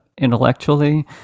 intellectually